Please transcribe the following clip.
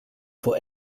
for